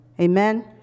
Amen